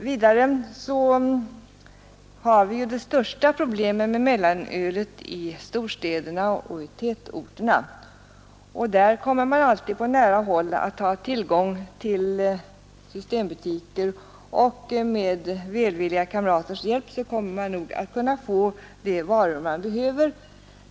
Vidare har vi det största problemet med mellanölet i storstäderna och i tätorterna. Där kommer man alltid att på nära håll ha tillgång till systembutiker, och med välvilliga kamraters hjälp kommer man nog att kunna få de varor man behöver.